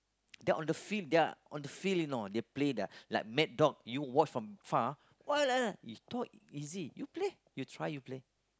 that on the field they're on the field you know they play their like mad dog you watch from far ah what lah you thought easy you play you try you play